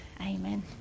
amen